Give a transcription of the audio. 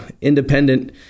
independent